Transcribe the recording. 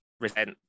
resent